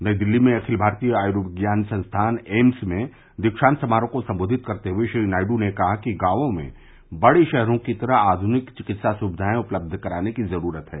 नई दिल्ली में अखिल भारतीय आयर्विज्ञान संस्थान एम्स में दौक्षांत समारोह को संबोधित करते हए श्री नायर ने कहा कि गांवों में बडे शहरों की तरह आघुनिक चिकित्सा सुविधाएं उपलब्ध कराने की जरूरत है